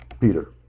Peter